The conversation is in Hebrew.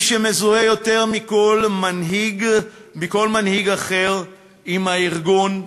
מי שמזוהה יותר מכל מנהיג אחר עם הארגון,